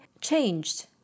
changed